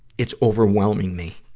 it's overwhelming me.